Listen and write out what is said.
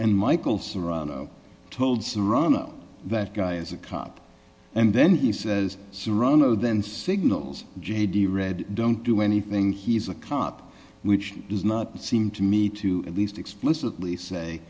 and michael serrano told serrano that guy is a cop and then he says serrano then signals j d read don't do anything he's a cop which does not seem to me to at least explicitly say